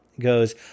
goes